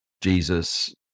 Jesus